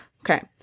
Okay